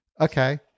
Okay